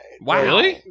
Wow